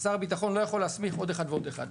שר הביטחון לא יכול להסמיך עוד אחד ועוד אחד,